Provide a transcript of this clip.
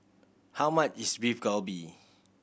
how much is Beef Galbi